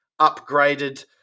upgraded